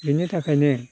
बेनि थाखायनो